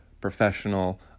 professional